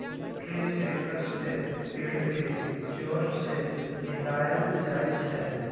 tree shaker से पेड़ के जोर से हिलाएल जाई छई